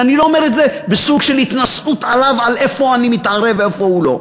ואני לא אומר את זה בסוג של התנשאות על איפה אני מתערה ואיפה הוא לא.